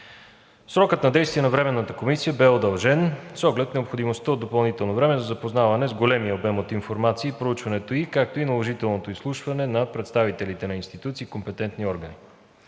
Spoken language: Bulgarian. Срокът на действие на Временната комисия бе удължен с оглед необходимостта от допълнително време за запознаване с големия обем от информация и проучването ѝ, както и наложителното изслушване на представителите на институции и компетентни органи.